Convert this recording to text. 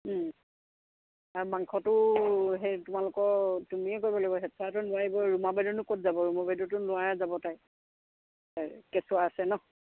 আৰু মাংসটো সেই তোমালোকৰ তুমিয়ে কৰিব লাগিব হেড ছাৰেতো নোৱাৰিব ৰুমা বাইদেৱেনো ক'ত যাব ৰুমা বাইদেউটো নোৱাৰে যাব তাই কেঁচুৱা আছে নহ্